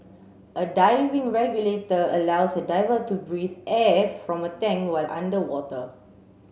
a diving regulator allows a diver to breathe air from a tank while underwater